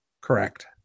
Correct